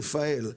רפאל,